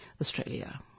Australia